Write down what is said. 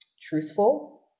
truthful